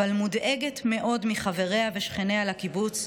אבל מודאגת מאוד מחבריה ושכניה לקיבוץ,